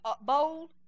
bold